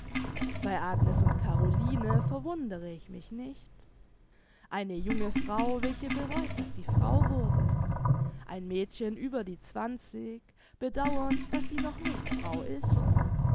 bei agnes und caroline verwundere ich mich nicht eine junge frau welche bereut daß sie frau wurde ein mädchen über die zwanzig bedauernd daß sie noch nicht frau ist